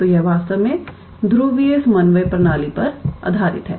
तो यह वास्तव में ध्रुवीय समन्वय प्रणाली पर आधारित है